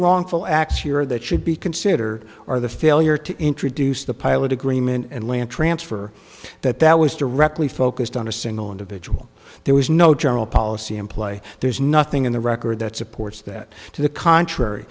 wrongful acts here that should be consider are the failure to introduce the pilot agreement and land transfer that that was directly focused on a single individual there was no general policy in play there's nothing in the record that supports that to the contrary